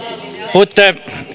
puhuitte